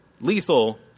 lethal